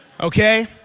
Okay